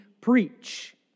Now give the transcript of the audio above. preach